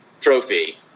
Trophy